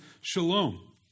shalom